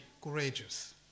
courageous